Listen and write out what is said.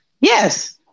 yes